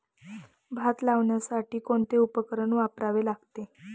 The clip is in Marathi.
भात लावण्यासाठी कोणते उपकरण वापरावे लागेल?